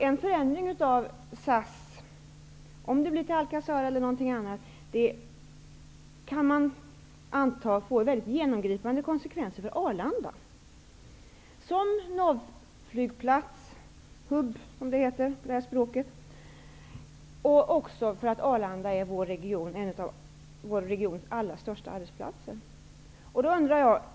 En förändring av SAS, till Alcazar eller något annat, kan ge genomgripande konsekvenser för Arlanda som navflygplats, ''hub'', och som denna regions största arbetsplats.